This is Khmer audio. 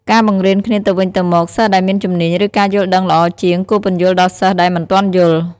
ការបង្រៀនគ្នាទៅវិញទៅមក សិស្សដែលមានជំនាញ ឬការយល់ដឹងល្អជាង គួរពន្យល់ដល់សិស្សដែលមិនទាន់យល់។